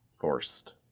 Forced